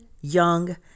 young